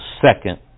Second